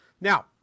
Now